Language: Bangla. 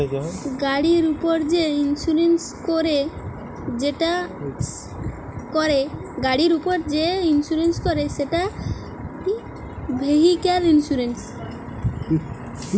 গাড়ির উপর যে ইন্সুরেন্স করে সেটা ভেহিক্যাল ইন্সুরেন্স